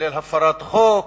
כולל הפרת חוק,